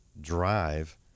drive